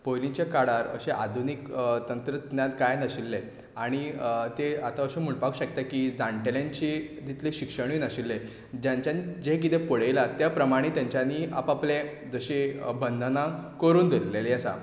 पयलींच्या काळार अशें आधुनीक तंत्रज्ञान कांय नाशिल्लें आनी तें आतां अशें म्हणपाक शकता की जाणटेल्यांची तितलें शिक्षणूय नाशिल्लें तांच्यांनी जें कितें पळयलां ते प्रमाणे तांच्यांनीं आप आपलें जशें बंधनां करून दवरिल्लीं आसा